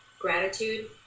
gratitude